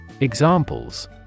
EXAMPLES